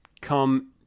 come